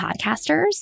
podcasters